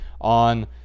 on